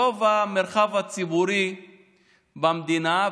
רוב המרחב הציבורי במדינה,